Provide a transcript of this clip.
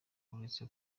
uretse